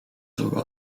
zowel